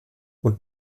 und